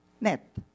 net